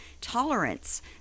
tolerance